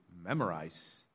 memorize